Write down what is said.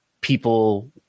people